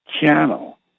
channel